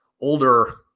older